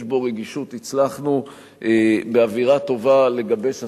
יש בו רגישות, הצלחנו באווירה טובה לגבש הסכמה,